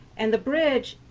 and the bridge,